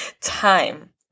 time